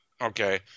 okay